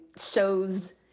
shows